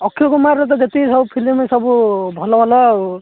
ଅକ୍ଷୟ କୁମାର ଯେତିକି ସବୁ ଫିଲ୍ମ ସବୁ ଭଲ ଭଲ ଆଉ